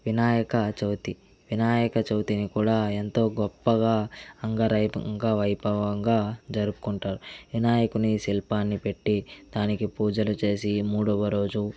వినాయక చవితి వినాయక చవితిని కూడా ఎంతో గొప్పగా అంగరంగ వైభవంగా జరుపుకుంటారు వినాయకుణ్ణి శిల్పాన్ని పెట్టి దానికి పూజలు చేసి మూడవ రోజు